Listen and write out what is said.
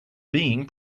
being